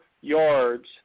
yards